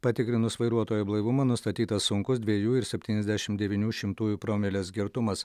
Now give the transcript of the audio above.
patikrinus vairuotojo blaivumą nustatytas sunkus dviejų ir septyniasdešimt devynių šimtųjų promilės girtumas